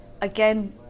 Again